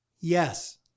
Yes